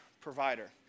provider